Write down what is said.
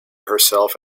herself